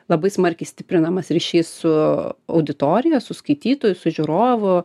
labai smarkiai stiprinamas ryšys su auditorija su skaitytoju su žiūrovu